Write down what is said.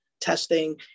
testing